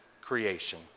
creation